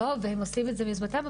לא והם עושים את זה מיוזמתם,